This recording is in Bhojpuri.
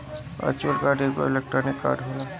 वर्चुअल कार्ड एगो इलेक्ट्रोनिक कार्ड होला